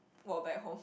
walk back home